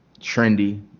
trendy